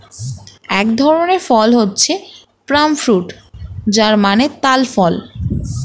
এক ধরনের ফল হচ্ছে পাম ফ্রুট যার মানে তাল ফল